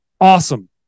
awesome